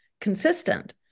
consistent